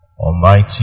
Almighty